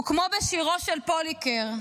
וכמו בשירו של פוליקר: